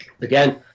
Again